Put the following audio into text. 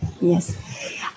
Yes